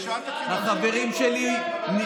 החברים שלך.